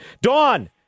Dawn